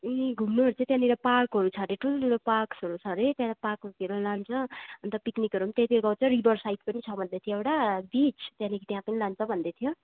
ए घुम्नुहरू चाहिँ त्यहाँनिर पार्कहरू छ अरे ठुल्ठुलो पार्क्सहरू छ अरे त्यहाँबाट पार्कहरूतिर नि लान्छ अन्त पिकनिकहरू नि त्यहीँतिर गर्छ रिभर साइड पनि छ भन्दैथ्यो एउटा बिच त्यहाँदेखि त्यहाँ पनि लान्छ भन्दैथ्यो